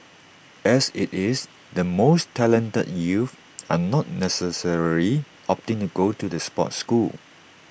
as IT is the most talented youth are not necessarily opting to go to the sports school